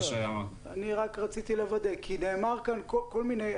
אני רק רציתי לוודא כי נאמרו כאן כל מיני.